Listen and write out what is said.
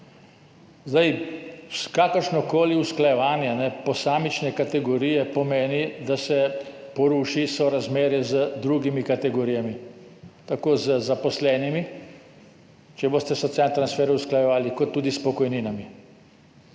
plače. Kakršnokoli usklajevanje posamične kategorije pomeni, da se poruši sorazmerje z drugimi kategorijami, tako z zaposlenimi, če boste socialne transferje usklajevali, kot tudi s pokojninami.